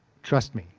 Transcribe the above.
trust me,